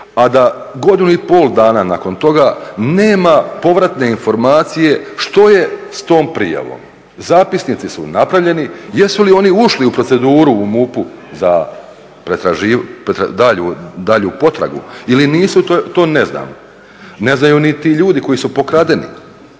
a da godinu i pol dana nakon toga nema povratne informacije što je sa tom prijavom. Zapisnici su napravljeni, jesu li oni ušli u proceduru u MUP-u za daljnju potragu ili nisu to ne znam. Ne znaju niti ljudi koji su pokradeni,